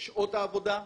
שעות העבודה,